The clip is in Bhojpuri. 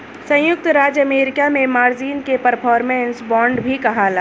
संयुक्त राज्य अमेरिका में मार्जिन के परफॉर्मेंस बांड भी कहाला